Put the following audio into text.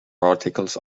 articles